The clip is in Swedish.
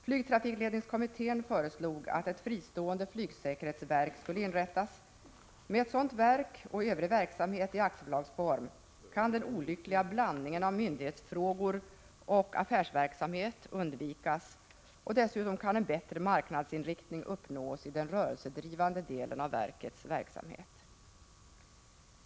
Flygtrafikledningskommittén föreslog att ett fristående flygsäkerhetsverk skulle inrättas. Med ett sådant verk och med övrig verksamhet i aktiebolagsform kan den olyckliga blandningen av myndighetsfrågor och affärsverksamhet undvikas, och dessutom kan en bättre marknadsinriktning uppnås i den rörelsedrivande delen av verkets verksamhet.